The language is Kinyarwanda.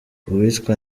uwitwa